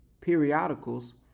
periodicals